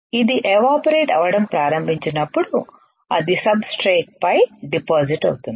ఇది ఎవాపరేట్ అవటం ప్రారంభించినప్పుడు అది సబ్ స్ట్రేట్ పై డిపాజిట్ అవుతుంది